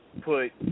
put